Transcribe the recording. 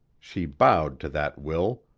she bowed to that will,